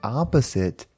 opposite